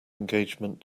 engagement